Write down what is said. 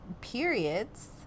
periods